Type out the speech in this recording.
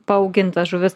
paaugintas žuvis